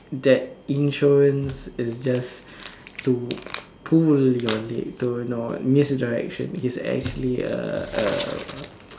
that insurance is just to pull your leg to know misdirection he's actually a a